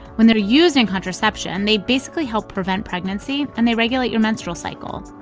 when they're using contraception, they basically help prevent pregnancy, and they regulate your menstrual cycle.